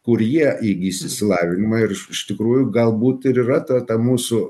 kur jie įgis išsilavinimą ir iš tikrųjų galbūt ir yra ta ta mūsų